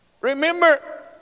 Remember